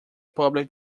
public